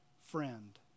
friend